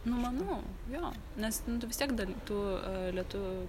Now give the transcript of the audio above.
nu manu jo nes vis tiek dal tų lietuvių